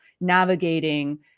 navigating